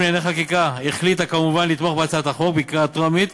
אנחנו לא נגד, זאת לא מדינה טוטליטרית,